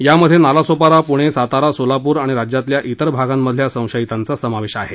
यामध्ये नालासोपारा पुणे सातारा सोलापूर आणि राज्यातल्या त्तेर भागांमधल्या संशयितांचा समावेश आहे